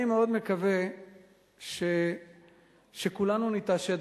אני מאוד מקווה שכולנו נתעשת,